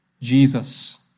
Jesus